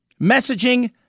Messaging